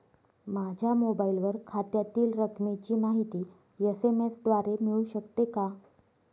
माझ्या मोबाईलवर खात्यातील रकमेची माहिती एस.एम.एस द्वारे मिळू शकते का?